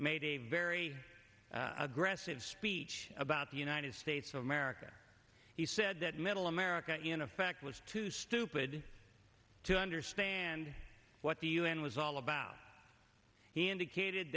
made a very aggressive speech about the united states of america he said that middle america in effect was too stupid to understand what the un was all about he indicated